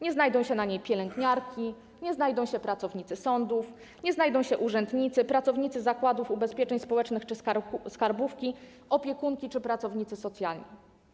Nie znajdą się na niej pielęgniarki, nie znajdą się pracownicy sądów, nie znajdą się urzędnicy, pracownicy zakładów ubezpieczeń społecznych czy skarbówki, opiekunki czy pracownicy socjalni.